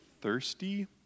thirsty